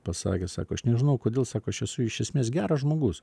pasakė sako aš nežinau kodėl sako aš esu iš esmės geras žmogus